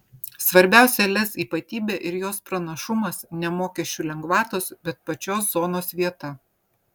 svarbiausia lez ypatybė ir jos pranašumas ne mokesčių lengvatos bet pačios zonos vieta